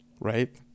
right